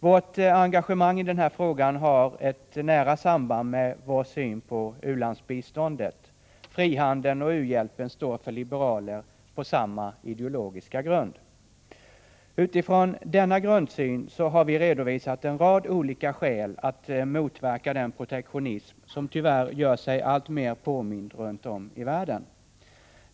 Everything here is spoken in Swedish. Vårt engagemang i den här frågan har ett nära samband med vår syn på u-landsbiståndet. Frihandeln och u-hjälpen står för liberaler på samma ideologiska grund. Utifrån denna grundsyn har vi redovisat en rad olika skäl att motverka den protektionism som tyvärr gör sig alltmer påmind runt om i världen.